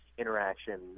Interaction